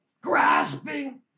grasping